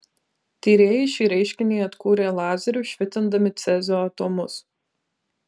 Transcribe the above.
tyrėjai šį reiškinį atkūrė lazeriu švitindami cezio atomus